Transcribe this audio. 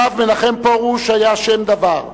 הרב מנחם פרוש היה שם דבר.